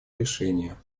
решения